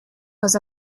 was